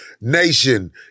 nation